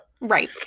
Right